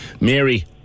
Mary